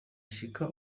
ashika